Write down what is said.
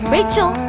Rachel